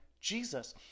Jesus